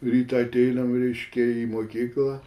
rytą ateinam reiškia į mokyklą